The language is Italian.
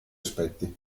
aspetti